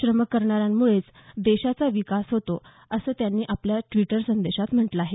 श्रम करणाऱ्यांमुळेच देशाचा विकास होतो असं त्यांनी आपल्या द्विटर संदेशात म्हटलं आहे